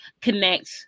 connect